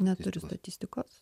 neturiu statistikos